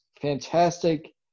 fantastic